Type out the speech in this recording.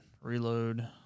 Reload